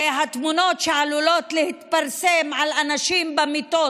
התמונות שעלולות להתפרסם על אנשים במיטות,